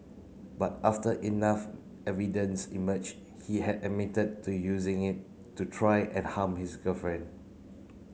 but after enough evidence emerged he had admitted to using it to try and harm his girlfriend